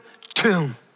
tomb